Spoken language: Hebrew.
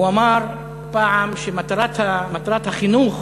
הוא אמר פעם שמטרת החינוך